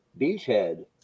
beachhead